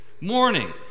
morning